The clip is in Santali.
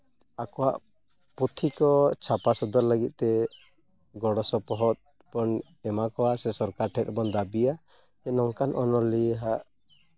ᱟᱠᱚᱣᱟᱜ ᱯᱩᱛᱷᱤ ᱠᱚ ᱪᱷᱟᱯᱟ ᱥᱚᱫᱚᱨ ᱞᱟᱹᱜᱤᱫ ᱛᱮ ᱜᱚᱲᱚ ᱥᱚᱯᱚᱦᱚᱫ ᱵᱚᱱ ᱮᱢᱟ ᱠᱚᱣᱟ ᱥᱮ ᱥᱚᱨᱠᱟᱨ ᱴᱷᱮᱱ ᱵᱚᱱ ᱫᱟᱹᱵᱤᱭᱟ ᱱᱚᱝᱠᱟᱱ ᱚᱱᱚᱞᱤᱭᱟᱹᱣᱟᱜ